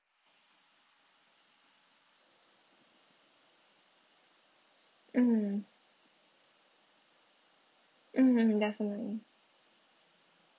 mm mm definitely